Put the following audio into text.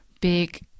big